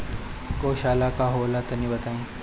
गौवशाला का होला तनी बताई?